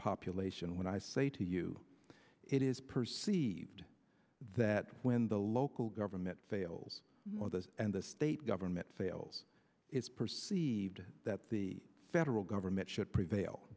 population when i say to you it is perceived that when the local government fails or the and the state government fails is perceived that the federal government should prevail